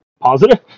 positive